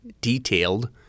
detailed